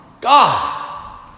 God